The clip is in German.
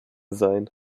sein